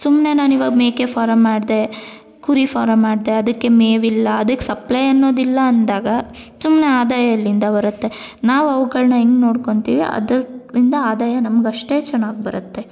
ಸುಮ್ಮನೆ ನಾನಿವಾಗ ಮೇಕೆ ಫಾರಮ್ ಮಾಡಿದೆ ಕುರಿ ಫಾರಮ್ ಮಾಡಿದೆ ಅದಕ್ಕೆ ಮೇವಿಲ್ಲ ಅದಕ್ಕೆ ಸಪ್ಲೈ ಅನ್ನೋದಿಲ್ಲ ಅಂದಾಗ ಸುಮ್ಮನೆ ಆದಾಯ ಎಲ್ಲಿಂದ ಬರುತ್ತೆ ನಾವು ಅವುಗಳನ್ನ ಹೆಂಗ್ ನೋಡ್ಕೊತಿವಿ ಅದರ್ಲಿಂದ ಆದಾಯ ನಮ್ಗೆ ಅಷ್ಟೇ ಚೆನ್ನಾಗ್ ಬರುತ್ತೆ